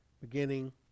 beginning